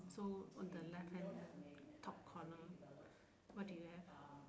so on the left hand top corner what do you have